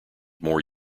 more